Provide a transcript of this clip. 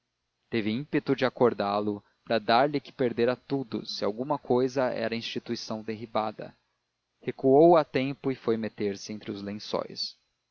teve ímpeto de acordá-lo bradar lhe que perdera tudo se alguma cousa era a instituição derribada recuou a tempo e foi meter-se entre os lençóis